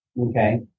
Okay